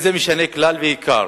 לא משנה כלל ועיקר